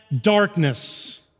darkness